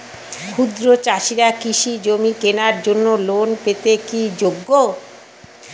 ক্ষুদ্র চাষিরা কৃষিজমি কেনার জন্য লোন পেতে কি যোগ্য?